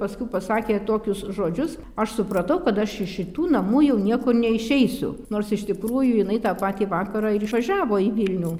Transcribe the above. paskui pasakė tokius žodžius aš supratau kad aš iš šitų namų jau niekur neišeisiu nors iš tikrųjų jinai tą patį vakarą ir išvažiavo į vilnių